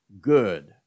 good